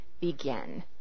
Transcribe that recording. Begin